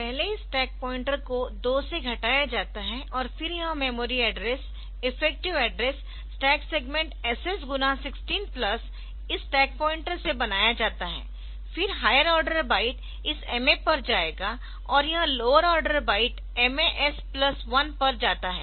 पहले इस stack pointer को 2 से घटाया जाता है और फिर यह memory address effective address stack segment SSगुणा 16 प्लस इस स्टैक पॉइंटर से बनाया जाता है फिर हायर आर्डर बाइट इस MA पर जाएगा और यह लोअर आर्डर बाइट MAs 1 पर जाता है